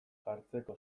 jartzeko